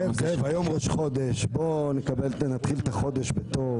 זאב, היום ראש חודש, בואו נתחיל את החודש בטוב.